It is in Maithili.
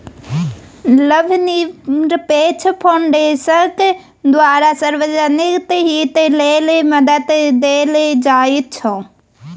लाभनिरपेक्ष फाउन्डेशनक द्वारा सार्वजनिक हित लेल मदद देल जाइत छै